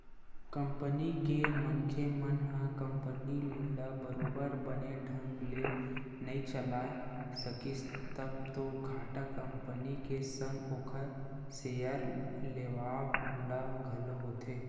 company के मनखे मन ह कंपनी ल बरोबर बने ढंग ले नइ चलाय सकिस तब तो घाटा कंपनी के संग ओखर सेयर लेवाल ल घलो होथे